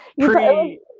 Pre